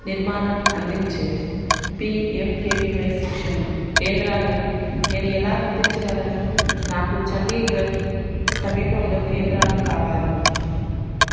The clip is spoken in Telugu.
నిర్మాణం అందించే పిఎంకెవివై శిక్షణా కేంద్రాలను నేను ఎలా గుర్తించగలను నాకు చండీగఢ్ సమీపంలో కేంద్రాలు కావాలి